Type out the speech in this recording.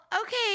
okay